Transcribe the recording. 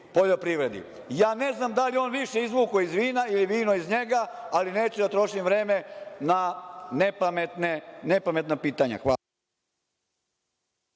Ja ne znam da li je on više izvukao iz vina ili vino iz njega, ali neću da trošim vreme na nepametna pitanja. Hvala.